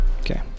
Okay